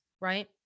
right